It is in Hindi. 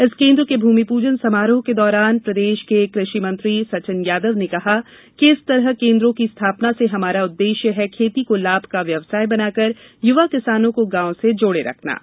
इस केंद्र के भूमिपूजन समारोह के दौरान प्रदेष के कृषि मंत्री सचिन यादव ने कहा कि इस तरह केंद्रों की स्थापना से हमारा उद्देश्य है खेती को लाभ का व्यवसाय बनाकर युवा किसानों को गांव से जोड़े रखना है